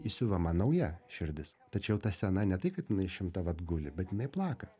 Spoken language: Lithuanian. įsiuvama nauja širdis tačiau ta sena ne tai kad jinai išimta vat guli bet jinai plaka